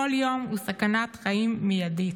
כל יום הוא סכנת חיים מיידית.